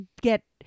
get